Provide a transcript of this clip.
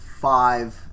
five